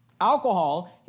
alcohol